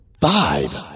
Five